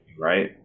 Right